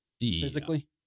Physically